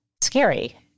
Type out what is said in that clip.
scary